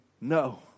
No